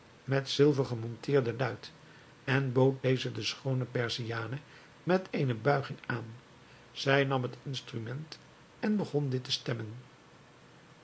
met zilver gemonteerde luit en bood deze de schoone perziane met eene buiging aan zij nam het instrument en begon dit te stemmen